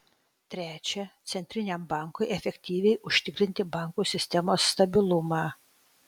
trečia centriniam bankui efektyviai užtikrinti bankų sistemos stabilumą